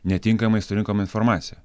netinkamai surenkam informaciją